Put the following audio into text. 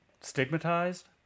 stigmatized